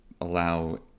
allow